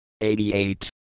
88